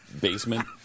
basement